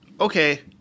Okay